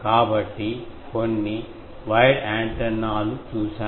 కాబట్టి కొన్ని వైర్ యాంటెనాలు చూసాము